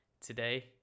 today